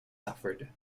suffered